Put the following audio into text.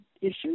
issues